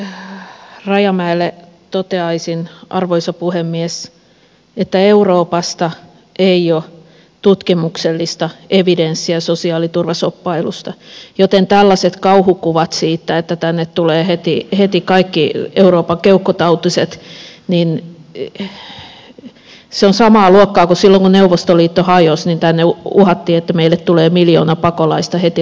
ensinnäkin rajamäelle toteaisin arvoisa puhemies että euroopasta ei ole tutkimuksellista evidenssiä sosiaaliturvashoppailusta joten tällaiset kauhukuvat siitä että tänne tulevat heti kaikki euroopan keuhkotautiset ovat samaa luokkaa kuin silloin kun neuvostoliitto hajosi kun uhattiin että meille tulee miljoona pakolaista heti rajan yli